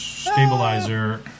Stabilizer